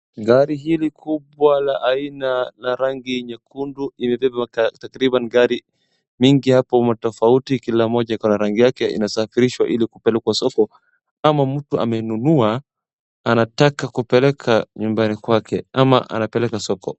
Gari hili kubwa la aina la rangi nyekundu imebeba takriban gari mingi hapo matofauti kila moja iko na rangi yake. Inasafirishwa ili kupelekwa soko. Kama mtu amenunua anataka kupeleka nyumbani kwake ama anapeleka soko.